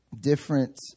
different